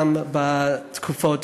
גם בתקופות